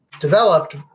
developed